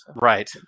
right